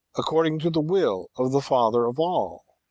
according to the will of the father of all,